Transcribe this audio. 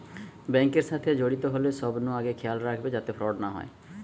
bank এর সাথে জড়িত হলে সবনু আগে খেয়াল রাখবে যাতে ফ্রড না হয়